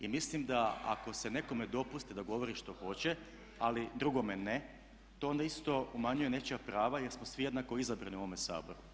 I mislim da ako se nekome dopusti da govori što hoće, ali drugome ne, to onda isto umanjuje nečija prava jer smo svi jednako izabrani u ovome Saboru.